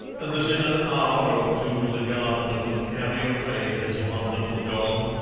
and that in an hour or two the gardener would carry away his wonderful god,